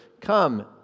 Come